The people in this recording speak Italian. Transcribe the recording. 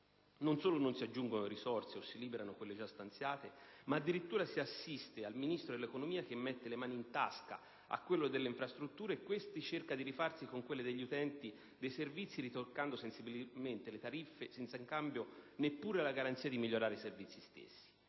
Non solo non si aggiungono risorse e non si liberano quelle già stanziate, ma addirittura si assiste ad una situazione in cui il Ministro dell'economia mette le mani in tasca al Ministro delle infrastrutture e questi cerca di rifarsi sugli utenti dei servizi, ritoccando sensibilmente le tariffe, senza in cambio neppure la garanzia di migliorare i servizi stessi.